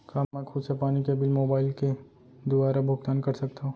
का मैं खुद से पानी के बिल मोबाईल के दुवारा भुगतान कर सकथव?